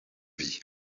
vie